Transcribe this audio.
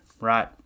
right